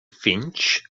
finch